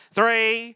Three